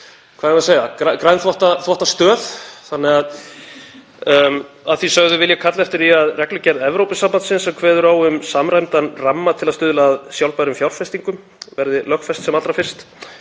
við að segja, grænþvottastöð? Að því sögðu vil ég kalla eftir því að reglugerð Evrópusambandsins, sem kveður á um samræmdan ramma til að stuðla að sjálfbærum fjárfestingum, verði lögfest sem allra fyrst